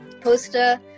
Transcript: poster